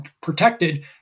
protected